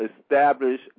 establish